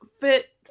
fit